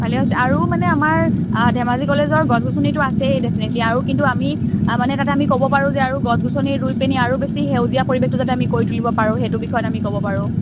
ভালেই হৈছে আৰু মানে আমাৰ ধেমাজি কলেজৰ গছ গছনিটো আছেই ডেফিনেটলি আৰু কিন্তু আমি যাতে আমি ক'ব পাৰোঁ যে আৰু গছ গছবি ৰুই পিনে আৰু বেছি সেউজীয়া পৰিৱেশটো যাতে আমি কৰি তুলিব পাৰোঁ সেইটো বিষয়ত আমি ক'ব পাৰোঁ